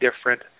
different